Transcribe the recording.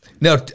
Now